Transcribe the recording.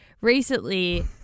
recently